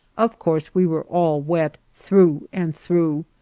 of course we were all wet, through and through,